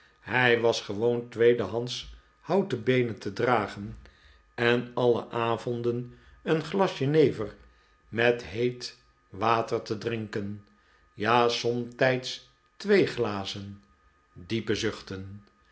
hij was gewoon tweedehandsch houten beenen te dragen en alle avonden een glas jenever met heet water te drinken ja somtijds twee glazen